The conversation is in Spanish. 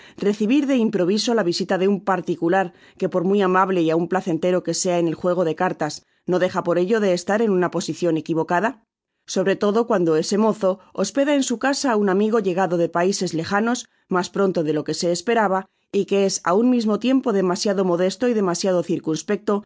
recibir de improviso la visita de un particular que por muy amable y aun placentero que sea en el juego de cartas no deja por ello de estaren una posicion equivoca sobre todo cuando ese mozo hospeda en su casa á un amigo llegado de paises lejanos mas pronto de lo que se esperaba y que esá un mismo'tiempo demasiado modesto y demasiado